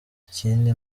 ikindi